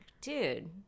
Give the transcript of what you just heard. dude